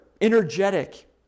energetic